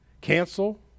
cancel